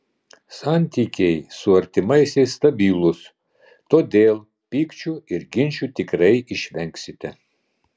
santykiai su artimaisiais stabilūs todėl pykčių ir ginčų tikrai išvengsite